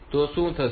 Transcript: તો શું થશે